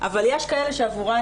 אבל יש כאלה שעבורם,